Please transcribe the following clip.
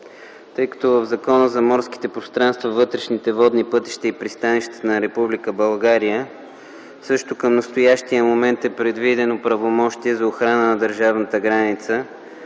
тъй като в Закона за морските пространства, вътрешните водни пътища и пристанищата на Република България, към настоящия момент също е предвидено правомощие за охрана на държавната граница,